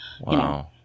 Wow